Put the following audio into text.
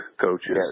coaches